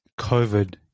COVID